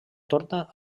torna